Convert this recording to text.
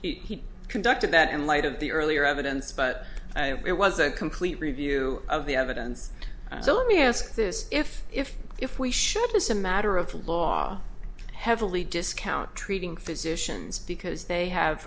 didn't he conducted that in light of the earlier evidence but it was a complete review of the evidence so let me ask this if if if we should just a matter of law heavily discount treating physicians because they have